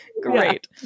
Great